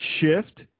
Shift